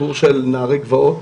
סיפור של נערי גבעות,